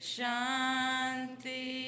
Shanti